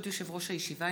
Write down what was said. ברשות יושב-ראש הישיבה,